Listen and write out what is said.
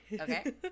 Okay